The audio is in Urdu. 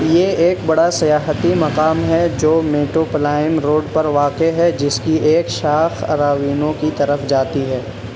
یہ ایک بڑا سیاحتی مقام ہے جو میٹو پلائم روڈ پر واقع ہے جس کی ایک شاخ اراوینو کی طرف جاتی ہے